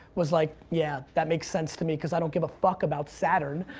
was like yeah, that makes sense to me because i don't give a fuck about saturn,